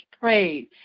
prayed